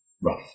rough